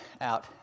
out